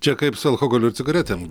čia kaip su alkoholiu ir cigaretėm